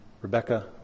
Rebecca